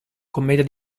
commedia